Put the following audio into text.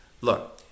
Look